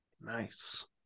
Nice